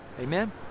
Amen